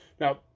Now